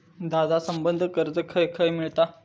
दादा, संबंद्ध कर्ज खंय खंय मिळता